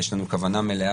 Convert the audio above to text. יש לנו כוונה מלאה,